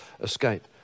escape